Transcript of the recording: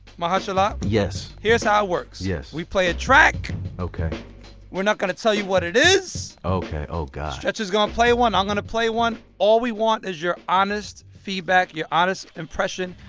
mahershala yes here's how it works yes we play a track ok we're not going to tell you what it is ok. oh, god stretch is going to play one. i'm going to play one. all we want is your honest feedback, your honest impression,